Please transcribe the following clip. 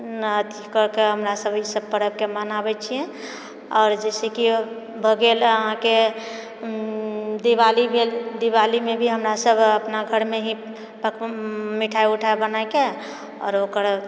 ने अथि कए कऽ हमरा सभ ई सभ परबके मनाबै छियै आओर जहिसँ केओ भए गेल अहाँकेँ दिवाली भेल दिवालीमे भी हमरा सभ अपना घरमे ही पक मिठाइ उठाइ बनाइके आओर ओकर